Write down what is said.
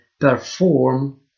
perform